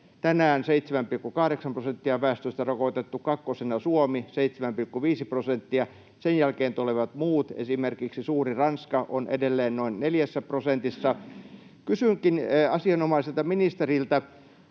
tänään 7,8 prosenttia väestöstä rokotettu, kakkosena Suomi, 7,5 prosenttia. Sen jälkeen tulevat muut, esimerkiksi suuri Ranska on edelleen noin neljässä prosentissa. Kysynkin asianomaiselta ministeriltä: